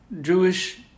Jewish